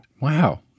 Wow